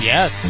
Yes